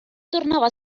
tornava